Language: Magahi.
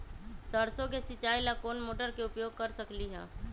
सरसों के सिचाई ला कोंन मोटर के उपयोग कर सकली ह?